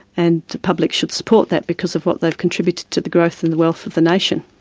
and the public should support that because of what they've contributed to the growth and the wealth of the nation.